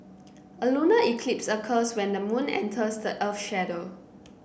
a lunar eclipse occurs when the moon enters the earth's shadow